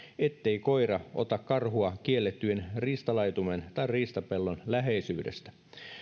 ettei koira ota karhua kielletyn riistalaitumen tai riistapellon läheisyydestä